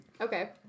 Okay